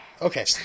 Okay